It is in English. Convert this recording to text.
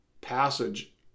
passage